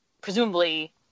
presumably